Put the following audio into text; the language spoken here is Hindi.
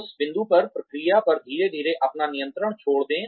उस बिंदु पर प्रक्रिया पर धीरे धीरे अपना नियंत्रण छोड़ दें